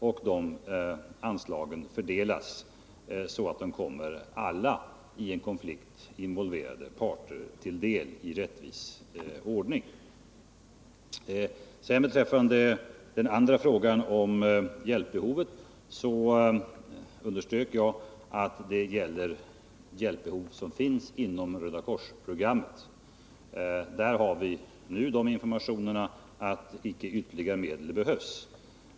Dessa anslag fördelas så att de kommer alla i en konflikt involverade parter till del i rättvis ordning. Beträffande den andra frågan, som gällde hjälpbehovet, underströk jag att det rör sig om hjälpbehov inom ramen för Rödakorsprogrammet. F. n. har vi de informationerna att ytterligare medel inte behövs.